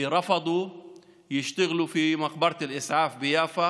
שסירבו לעבוד בבית קברות אל-אסעאף ביפו